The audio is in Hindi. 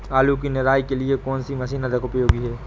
आलू की निराई के लिए कौन सी मशीन अधिक उपयोगी है?